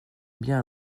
bien